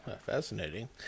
Fascinating